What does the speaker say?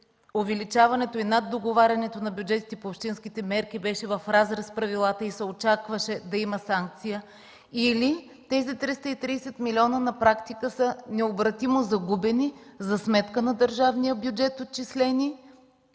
увеличаването и наддоговарянето на бюджетите по общинските мерки беше в разрез с правилата и се очакваше да има санкция, или тези 330 милиона на практика са необратимо загубени, отчислени за сметка на държавния бюджет и